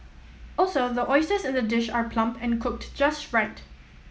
also the oysters in the dish are plump and cooked just right